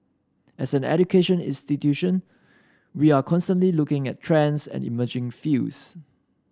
as an education institution we are constantly looking at trends and emerging fields